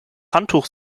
handtuch